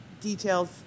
details